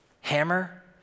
hammer